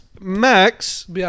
Max